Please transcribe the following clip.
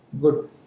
Good